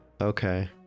Okay